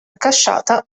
accasciata